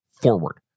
forward